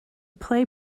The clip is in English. play